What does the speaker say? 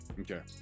Okay